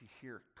hear